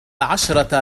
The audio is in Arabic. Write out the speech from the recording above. عشرة